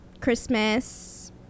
Christmas